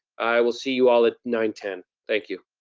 i will see you all at nine ten, thank you.